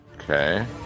Okay